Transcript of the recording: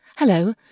Hello